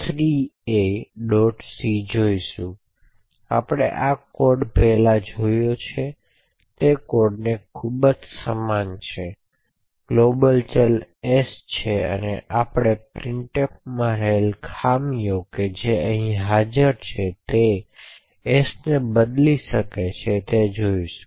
c જોઈશું આ code આપણે પહેલા જોયો તે કોડ ને ખૂબ જ સમાન છે ગ્લોબલ ચલ s છે અને આપણે printf માં રહેલી ખામી જે અહીં હાજર છે અને તે s ને બદલી શકે છે તે જોઈશું